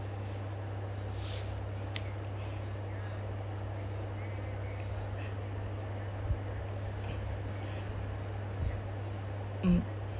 mm